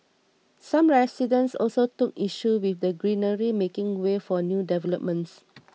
some residents also took issue with the greenery making way for new developments